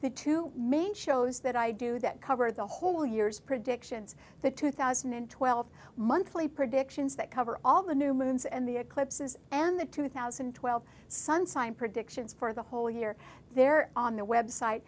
the two main shows that i do that cover the whole year's predictions the two thousand and twelve monthly predictions that cover all the new moons and the eclipses and the two thousand and twelve sun sign predictions for the whole year they're on the website